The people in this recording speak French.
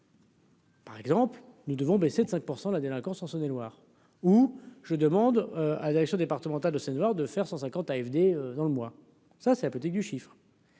Par exemple, nous devons baisser de 5 % la délinquance en Saône-et-Loire où je demande à direction départementale de ses de faire 150 AFD dans le mois, ça, c'est la politique du chiffre.